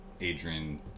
Adrian